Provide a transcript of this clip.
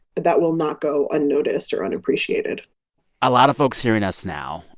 that will not go unnoticed or unappreciated a lot of folks hearing us now,